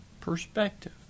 perspective